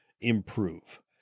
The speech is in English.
improve